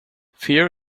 fear